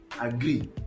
agree